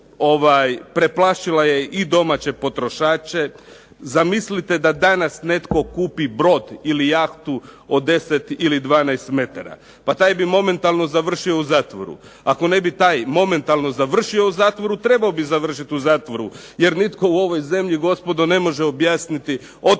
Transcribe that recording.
Preplašila je i domaće potrošače. Zamislite da danas netko kupi brod ili jahtu od 10 metara, pa taj bi momentalno završio u zatvoru. Ako taj ne bi momentalno završio u zatvoru trebao bi završiti u zatvoru jer nitko u ovoj zemlji gospodo ne može objasniti otkuda